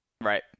right